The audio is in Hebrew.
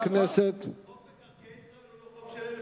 חוק מקרקעי ישראל הוא לא חוק של,